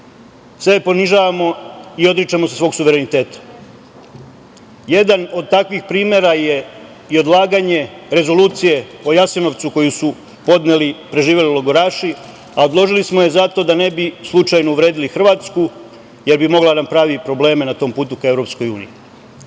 sebe ponižavamo i odričemo se svog suvereniteta. Jedan od takvih primera je i odlaganje rezolucije o Jasenovcu koju su podneli preživeli logoraši, a odložili smo je zato da ne bi slučajno uvredili Hrvatsku, jer bi mogla da nam pravi probleme na tom put ka EU.